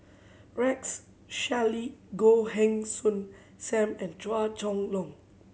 Rex Shelley Goh Heng Soon Sam and Chua Chong Long